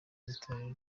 n’itorero